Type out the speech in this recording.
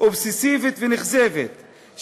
אובססיבית ונכזבת,